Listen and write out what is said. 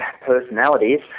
personalities